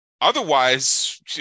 Otherwise